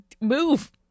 move